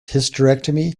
hysterectomy